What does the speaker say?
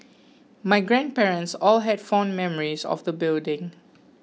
my grandparents all had fond memories of the building